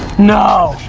no!